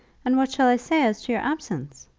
and what shall i say as to your absence?